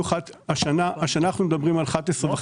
השנה אנחנו מדברים על 11.5